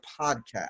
podcast